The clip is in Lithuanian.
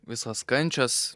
visos kančios